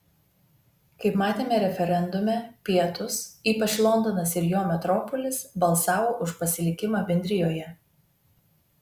kaip matėme referendume pietūs ypač londonas ir jo metropolis balsavo už pasilikimą bendrijoje